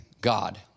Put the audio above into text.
God